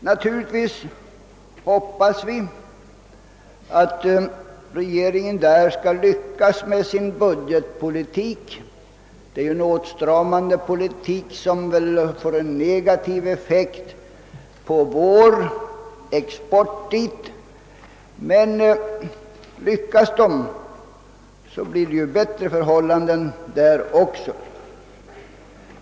Naturligtvis hoppas vi att engelska regeringen skall lyckas i sin budgetpolitik, men det är en åtstramande politik som väl åtminstone temporärt får en negativ effekt på vår export. Men om man lyckas, blir ju förhållandena bättre.